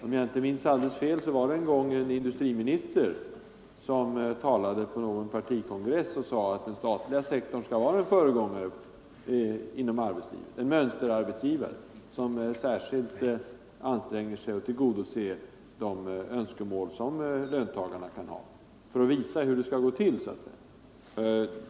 Om jag inte minns fel var det en gång en industriminister som på en partikongress sade, att staten skall vara en mönsterarbetsgivare som särskilt anstränger sig att tillgodose de önskemål löntagarna kan ha, för att, så Nr 130 att säga, visa hur det skall gå till.